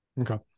okay